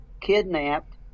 kidnapped